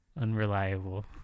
unreliable